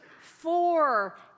four